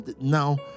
now